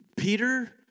Peter